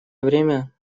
время